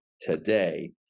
today